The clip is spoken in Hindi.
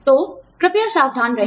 तो कृपया सावधान रहें